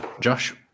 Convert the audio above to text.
Josh